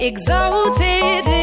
Exalted